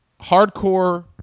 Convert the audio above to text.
hardcore